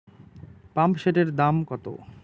পাম্পসেটের দাম কত?